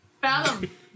Fathom